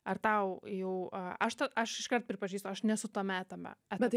ar tau jau a aš tau aš iškart pripažįstu aš nesu tame tame